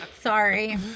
Sorry